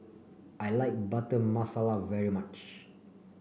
I like Butter Masala very much